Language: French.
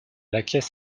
laquais